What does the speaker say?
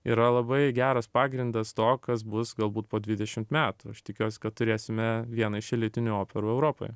yra labai geras pagrindas to kas bus galbūt po dvidešimt metų aš tikiuosi kad turėsime vieną iš elitinių operų europoje